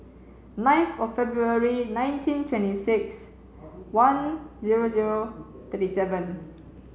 ninth of February nineteen twenty six one zero zero thirty seven